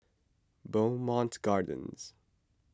Bowmont Gardens